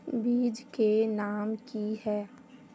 बीज के नाम की है?